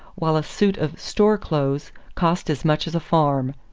while a suit of store clothes cost as much as a farm.